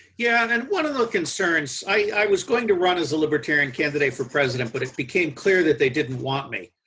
yeah, and one of the concerns, i was going to run as a libertarian candidate for president but it became clear, they didn't want me.